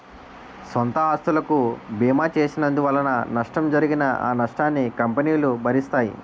సొంత ఆస్తులకు బీమా చేసినందువలన నష్టం జరిగినా ఆ నష్టాన్ని కంపెనీలు భరిస్తాయి